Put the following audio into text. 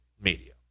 media